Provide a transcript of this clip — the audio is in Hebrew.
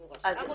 אם הוא רשם אותם.